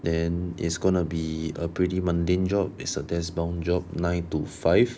then is gonna be a pretty mundane job is the desk bound job nine to five